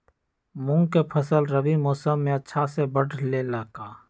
मूंग के फसल रबी मौसम में अच्छा से बढ़ ले का?